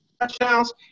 touchdowns